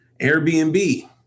Airbnb